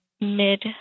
mid